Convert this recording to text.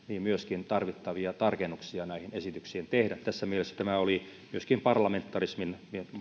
myöskin tarvittavia tarkennuksia näihin esityksiin tehdä tässä mielessä tämä oli myöskin parlamentarismin